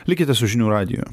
likite su žinių radiju